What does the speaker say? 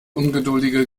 ungeduldige